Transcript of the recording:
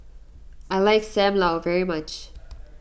I like Sam Lau very much